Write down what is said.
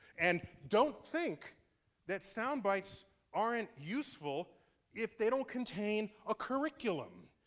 and don't think that sound bites aren't useful if they don't contain a curriculum.